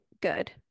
good